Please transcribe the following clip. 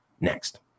next